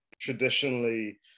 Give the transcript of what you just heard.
traditionally